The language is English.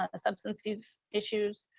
ah substance abuse issues,